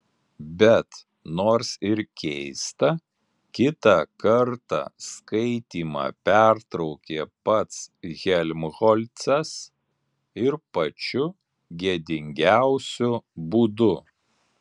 bet nors ir keista kitą kartą skaitymą pertraukė pats helmholcas ir pačiu gėdingiausiu būdu